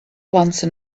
lantern